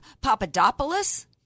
Papadopoulos